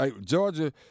Georgia